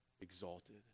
exalted